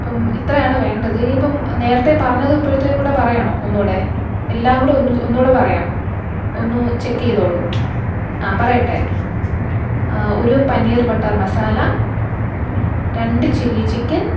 ഇപ്പം ഇത്രയാണ് വേണ്ടത് ഇനി ഇപ്പം നേരത്തെ പറഞ്ഞതും ഇപ്പോഴത്തെ കൂടെ പറയണൊ ഒന്നു കൂടെ എല്ലാം കൂടെ ഒന്നു കൂടെ പറയാം ഒന്നു ചെക്ക് ചെയ്തോളു ആ പറയട്ടെ ഒരു പനീര് ബട്ടര് മസാല രണ്ട് ചില്ലി ചിക്കന്